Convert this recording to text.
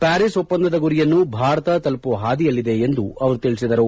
Paris ಒಪ್ಪಂದದ ಗುರಿಯನ್ನು ಭಾರತ ತಲುಪುವ ಹಾದಿಯಲ್ಲಿದೆ ಎಂದು ಅವರು ತಿಳಿಸಿದರು